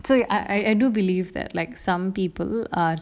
so I I do believe that like some people are